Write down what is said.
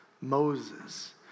Moses